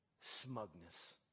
smugness